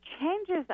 changes